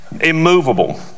Immovable